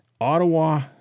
Ottawa